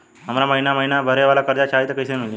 हमरा महिना महीना भरे वाला कर्जा चाही त कईसे मिली?